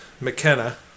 McKenna